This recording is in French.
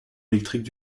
électrique